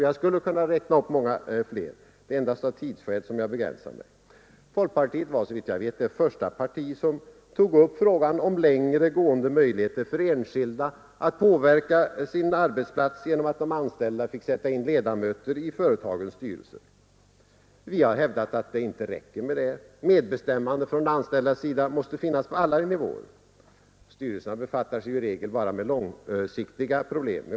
Jag skulle kunna räkna upp många fler; det är endast av tidsskäl jag begränsar mig. Folkpartiet var, såvitt jag vet, det första parti som tog upp frågan om längre gående möjligheter för enskilda att påverka sin arbetsplats genom att de anställda får sätta in ledamöter i företagens styrelser. Vi har hävdat att det inte räcker med detta. Medinflytande för de anställda måste finnas på alla nivåer. Styrelserna befattar sig i regel bara med långsiktiga problem.